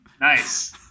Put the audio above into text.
Nice